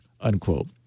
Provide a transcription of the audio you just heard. unquote